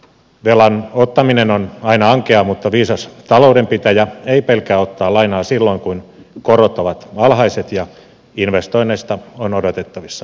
velan ottaminen on aina ankeaa mutta viisas taloudenpitäjä ei pelkää ottaa lainaa silloin kun korot ovat alhaiset ja investoinneista on odotettavissa hyötyjä